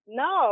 no